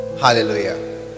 hallelujah